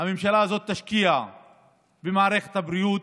הממשלה הזאת תשקיע במערכת הבריאות,